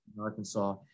Arkansas